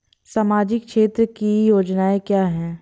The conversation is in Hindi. सामाजिक क्षेत्र की योजनाएँ क्या हैं?